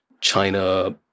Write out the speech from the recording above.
China